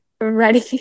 ready